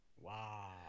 Wow